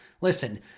Listen